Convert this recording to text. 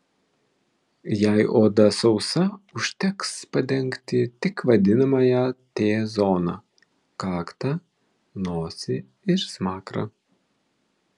jei oda sausa užteks padengti tik vadinamąją t zoną kaktą nosį ir smakrą